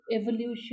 Evolution